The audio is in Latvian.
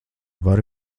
varu